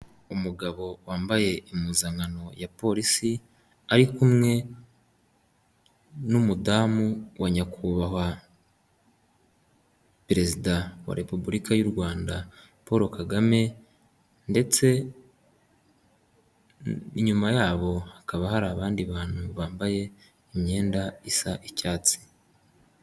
Umugabo wambaye impuzankano ya polisi ari kumwe n'umudamu wa nyakubahwa perezida wa repubulika y'u Rwanda Paul Kagame, ndetse inyuma yabo hakaba hari abandi bantu bambaye imyenda isa icyatsi.